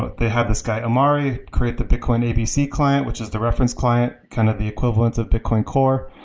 but they have this guy amari create the bitcoin abc client, which is the reference client, kind of the equivalence of bitcoin core.